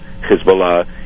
Hezbollah